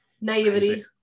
naivety